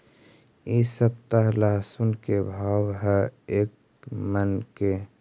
इ सप्ताह लहसुन के का भाव है एक मन के?